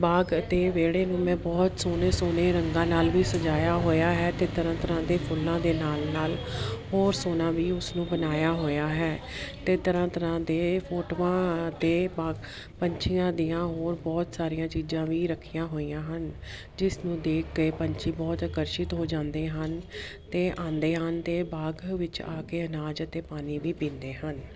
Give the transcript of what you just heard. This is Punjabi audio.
ਬਾਗ ਅਤੇ ਵਿਹੜੇ ਨੂੰ ਮੈਂ ਬਹੁਤ ਸੋਹਣੇ ਸੋਹਣੇ ਰੰਗਾਂ ਨਾਲ ਵੀ ਸਜਾਇਆ ਹੋਇਆ ਹੈ ਅਤੇ ਤਰ੍ਹਾਂ ਤਰ੍ਹਾਂ ਦੇ ਫੁੱਲਾਂ ਦੇ ਨਾਲ ਨਾਲ ਹੋਰ ਸੋਹਣਾ ਵੀ ਉਸਨੂੰ ਬਣਾਇਆ ਹੋਇਆ ਹੈ ਅਤੇ ਤਰ੍ਹਾਂ ਤਰ੍ਹਾਂ ਦੇ ਫੋਟੋਆਂ ਅਤੇ ਪ ਪੰਛੀਆਂ ਦੀਆਂ ਹੋਰ ਬਹੁਤ ਸਾਰੀਆਂ ਚੀਜ਼ਾਂ ਵੀ ਰੱਖੀਆਂ ਹੋਈਆਂ ਹਨ ਜਿਸ ਨੂੰ ਦੇਖ ਕੇ ਪੰਛੀ ਬਹੁਤ ਆਕਰਸ਼ਿਤ ਹੋ ਜਾਂਦੇ ਹਨ ਅਤੇ ਆਉਂਦੇ ਹਨ ਅਤੇ ਬਾਗ ਵਿੱਚ ਆ ਕੇ ਅਨਾਜ ਅਤੇ ਪਾਣੀ ਵੀ ਪੀਂਦੇ ਹਨ